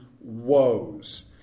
woes